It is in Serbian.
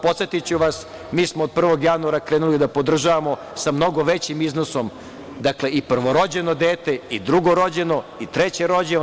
Podsetiću vas, mi smo od 1. januara krenuli da podržavamo sa mnogo većim iznosom i prvorođeno dete, i drugorođeno i trećerođeno.